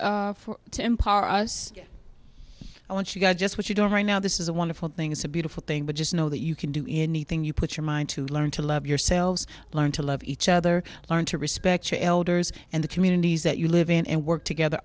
empower us i want you guys just what you're doing right now this is a wonderful thing it's a beautiful thing but just know that you can do anything you put your mind to learn to love yourselves learn to love each other learn to respect your elders and the communities that you live and work together